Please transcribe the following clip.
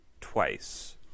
twice